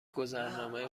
گذرنامه